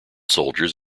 soldiers